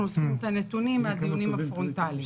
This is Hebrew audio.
אוספים את הנתונים מהדיונים הפרונטליים.